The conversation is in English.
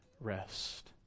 rest